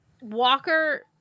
Walker